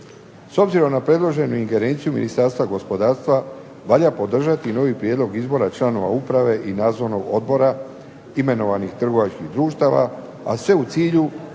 S obzirom na predloženu ingerenciju Ministarstva gospodarstva valja podržati i novi prijedlog izbora članova uprave i nadzornog odbora imenovanih trgovačkih društava, a sve u cilju